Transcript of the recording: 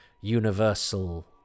universal